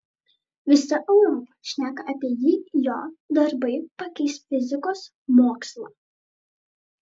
visa europa šneka apie jį jo darbai pakeis fizikos mokslą